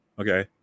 okay